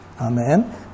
Amen